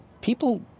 People